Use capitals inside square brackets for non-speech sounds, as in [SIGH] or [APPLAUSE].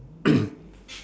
[BREATH]